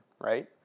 right